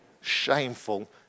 shameful